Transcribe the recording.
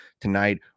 tonight